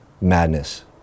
madness